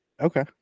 Okay